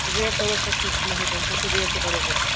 rate کَروٗکھ پَتہٕ fix مہٕ ہیٚیِو ٹیٚنشن تہٕ ریٹ تہِ کَرو فِکٕس